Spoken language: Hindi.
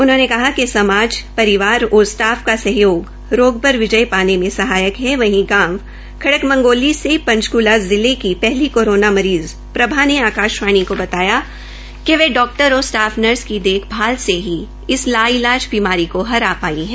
उन्होंने कहा कि समाज परिवार और विजय पाने में सहायक है वहीं गांव खड़क मंगोली से पंचकूला जिले की पहली कोरोना मरीज़ प्रभा ने आकाशवाणी को बताया कि वे डॉक्टर और स्टाफ नर्स की देखभाल से ही इस ला इलाज बीमारी को हरा पाई है